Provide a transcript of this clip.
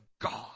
God